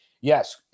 yes